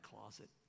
closet